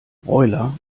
broiler